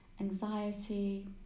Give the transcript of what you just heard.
anxiety